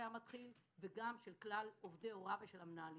המתחיל וגם של כלל עובדי הוראה ומנהלים.